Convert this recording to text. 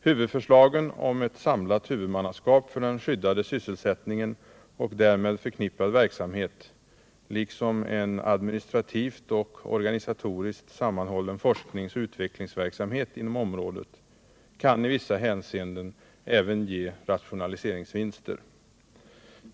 Huvudförslagen om ett samlat huvudmannaskap för den skyddade sysselsättningen och därmed förknippad verksamhet liksom en administrativt och organisatoriskt sammanhållen forskningsoch utvecklingsverksamhet inom området kan i vissa hänseenden även ge rationaliseringsvinster.